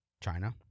China